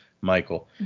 Michael